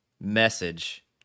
message